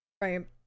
Right